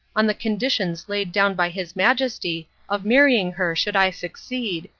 on the conditions laid down by his majesty of marrying her should i succeed,